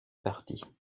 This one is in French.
parti